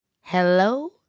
Hello